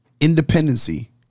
Independency